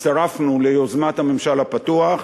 הצטרפנו ליוזמת "הממשל הפתוח"